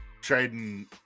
trading